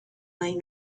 may